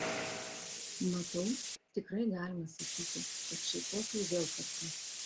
matau tikrai galima sakyti kad šaipokai vėl kartu